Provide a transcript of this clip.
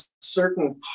certain